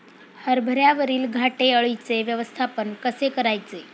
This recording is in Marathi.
हरभऱ्यावरील घाटे अळीचे व्यवस्थापन कसे करायचे?